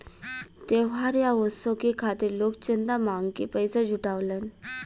त्योहार या उत्सव के खातिर लोग चंदा मांग के पइसा जुटावलन